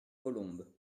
colombes